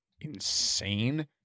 insane